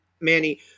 Manny